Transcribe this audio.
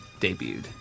debuted